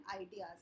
ideas